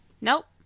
nope